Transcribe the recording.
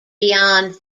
beyond